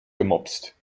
gemopst